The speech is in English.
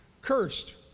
cursed